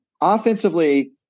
offensively